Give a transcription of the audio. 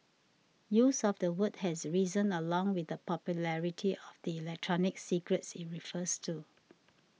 use of the word has risen along with the popularity of the electronic cigarettes it refers to